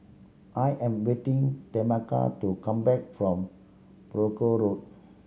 I am waiting Tameka to come back from Brooke Road